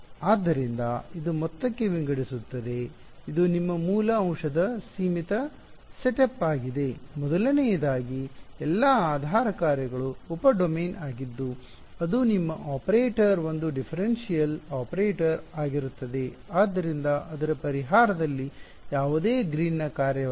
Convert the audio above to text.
ಆದ್ದರಿಂದ ಇದು ಮೊತ್ತಕ್ಕೆ ವಿಂಗಡಿಸುತ್ತದೆ ಇದು ನಿಮ್ಮ ಮೂಲ ಅಂಶದ ಸೀಮಿತ ಸೆಟಪ್ ಆಗಿದೆ ಮೊದಲನೆಯದಾಗಿ ಎಲ್ಲಾ ಆಧಾರ ಕಾರ್ಯಗಳು ಉಪ ಡೊಮೇನ್ ಆಗಿದ್ದು ಅದು ನಿಮ್ಮ ಆಪರೇಟರ್ ಒಂದು ಡಿಫರೆನ್ಷಿಯಲ್ ಆಪರೇಟರ್ ಆಗಿರುತ್ತದೆ ಆದ್ದರಿಂದ ಅದರ ಪರಿಹಾರದಲ್ಲಿ ಯಾವುದೇ ಗ್ರೀನ್ನ ಕಾರ್ಯ ವಲ್ಲ